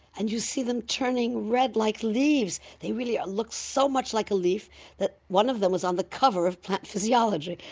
and you see them turning red like leaves. they really ah look so much like a leaf that one of them was on the cover of plant physiology.